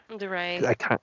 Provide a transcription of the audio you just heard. right